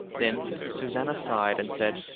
then susanna sighed, and said,